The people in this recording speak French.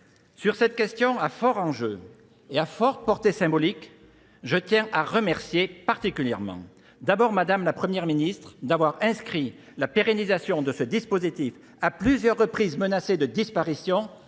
Sur cette question à fort enjeu et à fort portée symbolique, je tiens à remercier particulièrement d'abord Madame la Première Ministre d'avoir inscrit la pérennisation de ce dispositif à plusieurs reprises menacées de disparition